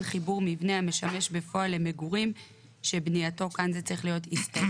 חיבור מבנה המשמש בפועל למגורים שבנייתו הסתיימה